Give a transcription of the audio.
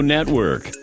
Network